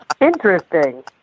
Interesting